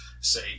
say